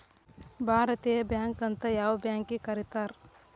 ಭಾರತೇಯ ಬ್ಯಾಂಕ್ ಅಂತ್ ಯಾವ್ ಬ್ಯಾಂಕಿಗ್ ಕರೇತಾರ್?